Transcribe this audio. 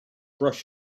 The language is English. brush